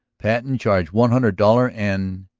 patten charge one hundred dollar an'.